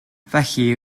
felly